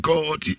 God